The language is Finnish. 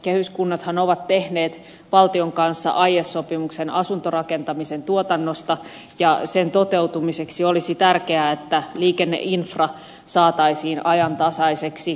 kehyskunnathan ovat tehneet valtion kanssa aiesopimuksen asuntorakentamisen tuotannosta ja sen toteutumiseksi olisi tärkeää että liikenneinfra saataisiin ajantasaiseksi